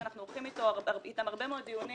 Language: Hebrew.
שאנחנו עורכים אתם הרבה מאוד דיונים